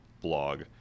blog